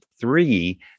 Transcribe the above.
three